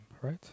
right